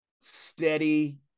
steady